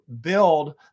build